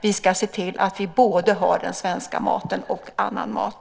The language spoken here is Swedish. Vi ska se till att vi har både den svenska maten och annan mat.